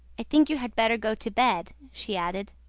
i think you had better go to bed, she added.